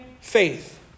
faith